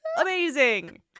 Amazing